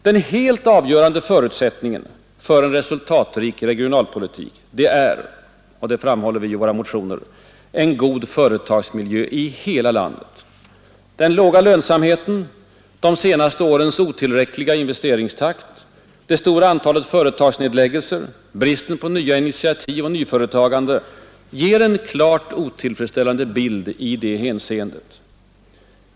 Den helt avgörande förutsättningen för en resultatrik regionalpolitik är — och det framhåller vi i våra motioner — en god företagsmiljö i hela landet. Den låga lönsamheten, de senaste årens otillräckliga investeringstakt, det stora antalet företagsnedläggelser och bristen på nya initiativ och nyföretagande ger en klart otillfredsställande bild i det hänseendet.